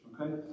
okay